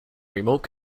remote